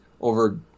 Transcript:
over